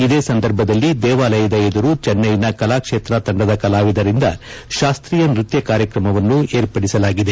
ಇದೇ ಸಂದರ್ಭದಲ್ಲಿ ದೇವಾಲಯದ ಎದುರು ಚೆನ್ನೈನ ಕಲಾಕ್ಷೇತ್ರ ತಂಡದ ಕಲಾವಿದರಿಂದ ಶಾಸ್ತೀಯ ನೃತ್ಯ ಕಾರ್ಯಕ್ರಮವನ್ನು ಏರ್ಪಡಿಸಲಾಗಿದೆ